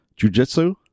Jujitsu